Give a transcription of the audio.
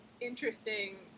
interesting